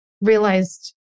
realized